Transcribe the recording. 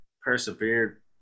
persevered